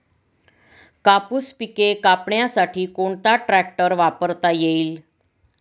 कापूस पिके कापण्यासाठी कोणता ट्रॅक्टर वापरता येईल?